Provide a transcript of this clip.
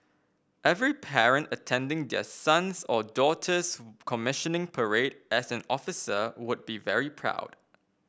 every parent attending their sons or daughter's commissioning parade as an officer would be very proud